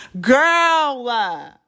girl